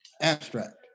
abstract